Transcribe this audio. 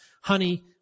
Honey